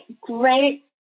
great